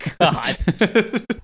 God